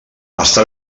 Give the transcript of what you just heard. està